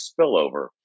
spillover